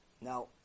Now